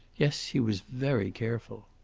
yes, he was very careful.